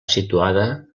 situada